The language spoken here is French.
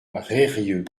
reyrieux